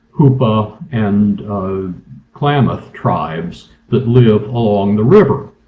hoopa and klamath tribes that live along the river.